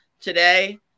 Today